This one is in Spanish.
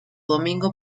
domingo